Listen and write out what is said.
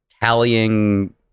tallying